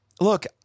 look